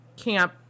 camp